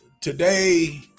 today